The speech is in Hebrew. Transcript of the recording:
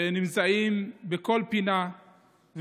שנמצאים בכל פינה,